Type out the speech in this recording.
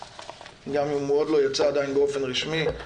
גם אם הוא לא יצא עדיין באופן רשמי,